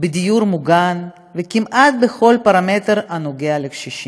בדיור מוגן, וכמעט בכל פרמטר הנוגע בקשישים.